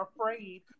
afraid